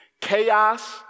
Chaos